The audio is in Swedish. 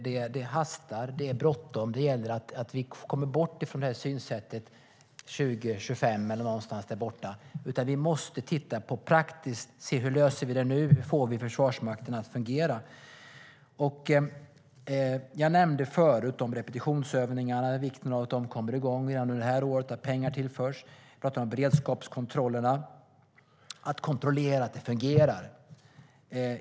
Det hastar, det är bråttom och det gäller att vi kommer bort från synsättet 2025 - eller någonstans där borta. Vi måste titta på det hela praktiskt, hur vi löser det nu, hur vi får Försvarsmakten att fungera. Jag nämnde förut vikten av att repetitionsövningarna kommer igång redan i år och att pengar tillförs. Jag talade om beredskapskontrollerna, att vi behöver kontrollera att det fungerar.